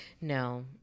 No